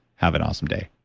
have an awesome day